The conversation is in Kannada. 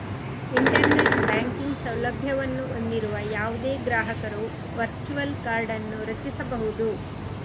ಇಂಟರ್ನೆಟ್ ಬ್ಯಾಂಕಿಂಗ್ ಸೌಲಭ್ಯವನ್ನು ಹೊಂದಿರುವ ಯಾವುದೇ ಗ್ರಾಹಕರು ವರ್ಚುವಲ್ ಕಾರ್ಡ್ ಅನ್ನು ರಚಿಸಬಹುದು